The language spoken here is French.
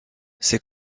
ces